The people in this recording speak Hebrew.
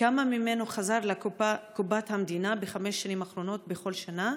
כמה ממנו חזר לקופת המדינה בחמש שנים האחרונות בכל שנה?